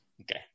okay